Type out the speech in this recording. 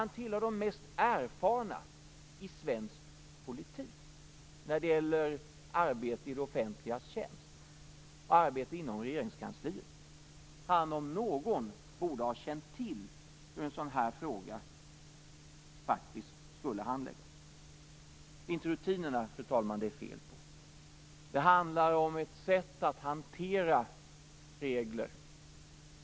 Han tillhör de mest erfarna i svensk politik när det gäller arbete i det offentligas tjänst och arbete inom Regeringskansliet. Han om någon borde ha känt till hur en sådan här fråga faktiskt skulle handläggas. Det är inte rutinerna, fru talman, som det är fel på. Det handlar om ett sätt att hantera regler.